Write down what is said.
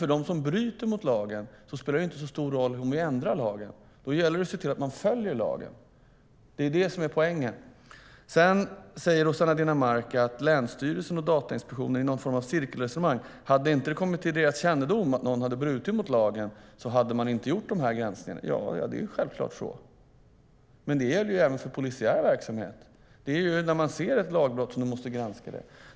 För dem som bryter mot lagen spelar det dock inte så stor roll om vi ändrar den, utan det gäller ju att se till att de följer lagen. Det är det som är poängen. Rossana Dinamarca säger sedan, i någon form av cirkelresonemang, att länsstyrelsen och Datainspektionen inte hade gjort granskningarna om det inte kommit till deras kännedom att någon brutit mot lagen. Ja, det är självklart så. Det gäller dock även för polisär verksamhet; det är när man ser ett lagbrott man måste granska det.